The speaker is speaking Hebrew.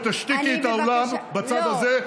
תתחילי לפעול ותשתיקי את האולם בצד הזה,